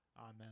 Amen